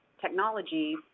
Technology